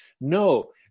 No